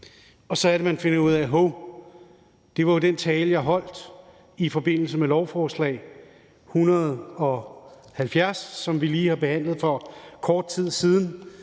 Og så er det, man finder ud af: Hov, det var jo den tale, jeg holdt i forbindelse med lovforslag 170, som vi lige har behandlet for kort tid siden.